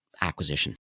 acquisition